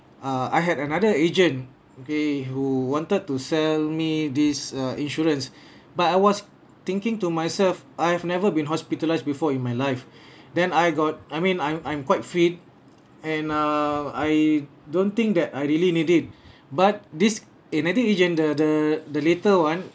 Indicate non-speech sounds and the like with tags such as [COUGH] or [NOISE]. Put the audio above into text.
uh I had another agent okay who wanted to sell me this uh insurance [BREATH] but I was thinking to myself I have never been hospitalised before in my life [BREATH] then I got I mean I'm I'm quite fit and uh I don't think that I really need it but this agent the the the later one